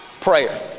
Prayer